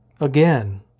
again